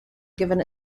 given